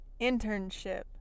internship